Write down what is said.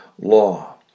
law